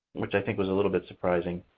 which i think was a little bit surprising.